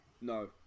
No